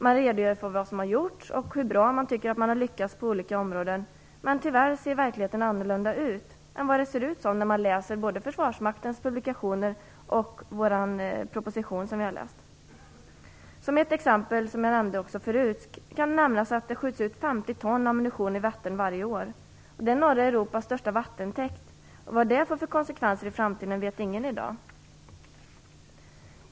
Man redogör för vad som har gjorts och för hur bra man tycker att man lyckats på olika områden. Tyvärr ser verkligheten annorlunda ut än det som verkar framgå när man läser försvarsmaktens publikationer och propositionen. T.ex. kan nämnas, som jag tidigare nämnt, att det varje år skjuts ut 50 ton ammunition i Vättern, som är norra Europas största vattentäkt. Vad det här får för konsekvenser i framtiden vet ingen i dag.